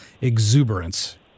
exuberance